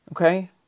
okay